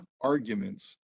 arguments